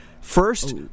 First